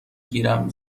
گیرم